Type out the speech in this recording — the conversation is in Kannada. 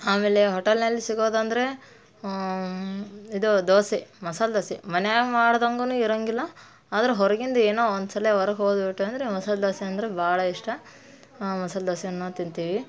ಆಮೇಲೆ ಹೋಟಲ್ನಲ್ಲಿ ಸಿಗೋದು ಅಂದರೆ ಇದು ದೋಸೆ ಮಸಾಲೆ ದೋಸೆ ಮನೇಗ್ ಮಾಡ್ದಂಗು ಇರೋಂಗಿಲ್ಲ ಆದ್ರೆ ಹೊರ್ಗಿಂದ ಏನೋ ಒಂದು ಸಲ ಹೊರ್ಗೆ ಹೋಗ್ಬಿಟ್ವಿ ಅಂದ್ರೆ ಮಸಾಲೆ ದೋಸೆ ಅಂದರೆ ಭಾಳ ಇಷ್ಟ ಮಸಾಲೆ ದೋಸೆನೂ ತಿಂತೀವಿ